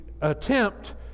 attempt